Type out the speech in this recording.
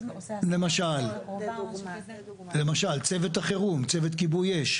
למשל צוות החירום, צוות כיבוי אש.